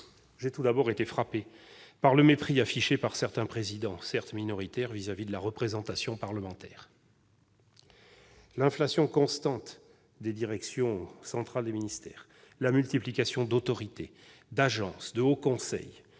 J'ai été frappé par le mépris affiché par certains présidents, certes, minoritaires, vis-à-vis de la représentation parlementaire. L'inflation constante des directions centrales des ministères, la multiplication des autorités, agences et hauts conseils